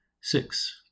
Six